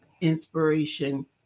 inspiration